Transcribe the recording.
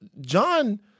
John